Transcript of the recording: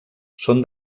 són